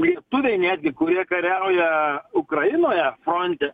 lietuviai netgi kurie kariauja ukrainoje fronte